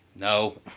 No